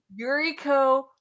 Yuriko